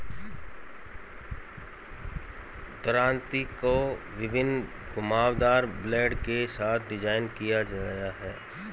दरांती को विभिन्न घुमावदार ब्लेड के साथ डिज़ाइन किया गया है